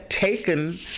taken